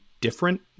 different